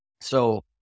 So-